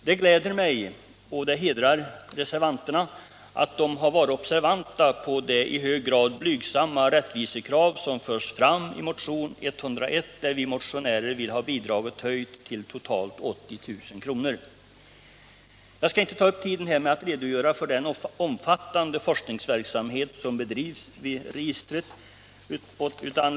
Det gläder mig och det hedrar reservanterna att de har varit observanta på det i hög grad blygsamma rättvisekrav som förs fram i motionen 101, där vi motionärer vill ha bidraget höjt till totalt 80000 kr. 107 Jag skall inte ta upp tiden med att redogöra för den omfattande forskningsverksamhet som bedrivs vid registret.